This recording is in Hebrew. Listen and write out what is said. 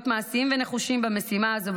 להיות מעשיים ונחושים במשימה הזו,